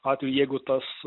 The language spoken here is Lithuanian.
atveju jeigu tas